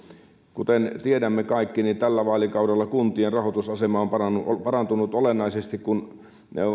kuten tiedämme kaikki niin tällä vaalikaudella kuntien rahoitusasema on parantunut parantunut olennaisesti kun